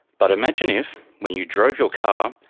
but imagine if, when you drove your car,